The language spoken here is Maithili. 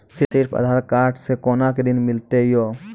सिर्फ आधार कार्ड से कोना के ऋण मिलते यो?